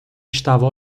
estava